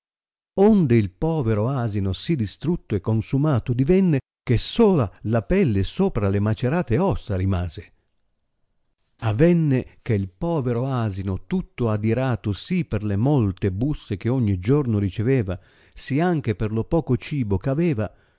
onde il povero asino si distrutto e consumato divenne che sola la pelle sopra le macerate ossa rimase avenne che il povero asino tutto adirato sì per le molte busse che ogni giorno riceveva sì anco per lo poco cibo eh aveva